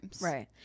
Right